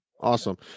awesome